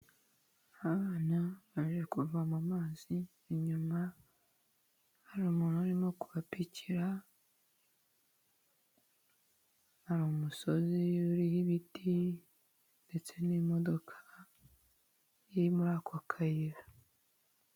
Abana baje kuvoma mazi inyuma hari umuntu urimo kupakira, hari umusozi ibiti ndetse n'imodoka iri muri ako kayira.